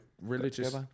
religious